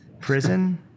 prison